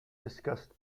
discussed